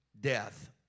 death